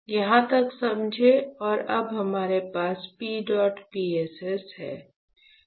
यहाँ तक समझें कि अब हमारे पास P डॉट PSS है